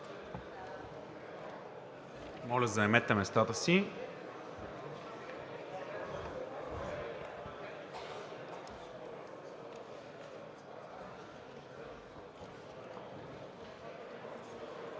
моля да заемете местата си,